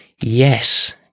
Yes